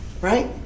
right